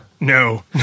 No